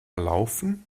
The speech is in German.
laufen